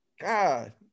God